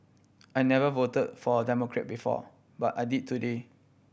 I never vote for a Democrat before but I did today